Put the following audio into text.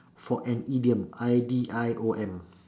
for an idiom I D I O M